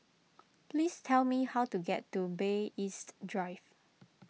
please tell me how to get to Bay East Drive